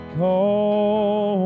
call